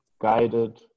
guided